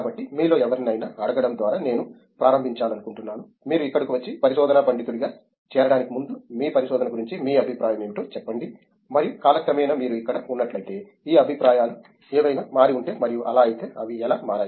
కాబట్టి మీలో ఎవరినైనా అడగడం ద్వారా నేను ప్రారంభించాలనుకుంటున్నాను మీరు ఇక్కడకు వచ్చి పరిశోధనా పండితుడిగా చేరడానికి ముందు మీ పరిశోధన గురించి మీ అభిప్రాయం ఏమిటో చెప్పండి మరియు కాలక్రమేణా మీరు ఇక్కడ ఉన్నట్లయితే ఈ అభిప్రాయాలు ఏవైనా మారి ఉంటే మరియు అలా అయితే అవి ఎలా మారాయి